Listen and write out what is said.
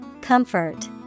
Comfort